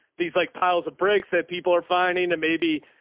these like piles of bricks that people are finding and maybe,